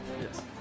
Yes